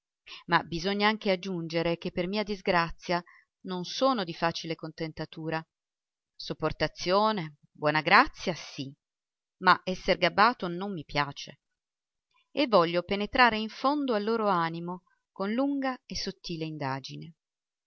ma bisogna anche aggiungere che per mia disgrazia non sono di facile contentatura sopportazione buona grazia sì ma esser gabbato non mi piace e voglio penetrare in fondo al loro animo con lunga e sottile indagine